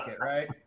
right